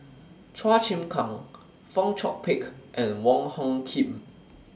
Chua Chim Kang Fong Chong Pik and Wong Hung Khim